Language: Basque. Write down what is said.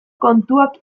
kontuak